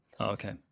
Okay